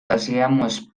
hacíamos